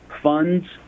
funds